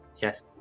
Yes